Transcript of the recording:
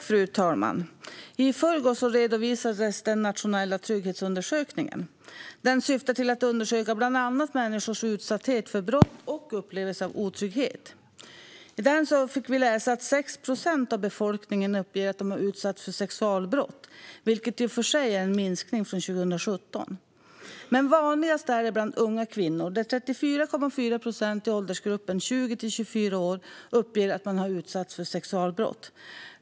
Fru talman! I förrgår redovisades den nationella trygghetsundersökningen. Den syftar till att undersöka bland annat människors utsatthet för brott och deras upplevelse av otrygghet. I den fick vi läsa att 6 procent av befolkningen uppger att de har utsatts för sexualbrott, vilket i och för sig är en minskning från 2017. Vanligast är det bland unga kvinnor, där 34,4 procent i åldersgruppen 20-24 år uppger att de har utsatts för sexualbrott.